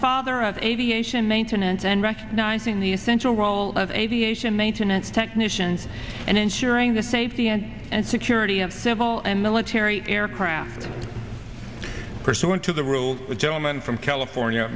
father of aviation maintenance and recognizing the essential role of aviation maintenance technicians and ensuring the safety and security of civil and military aircraft pursuant to the rules the gentleman from california